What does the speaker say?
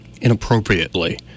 inappropriately